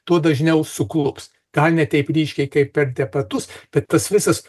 tuo dažniau suklups gal ne taip ryškiai kaip per debatus bet tas visas